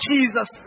Jesus